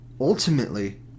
Ultimately